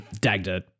Dagda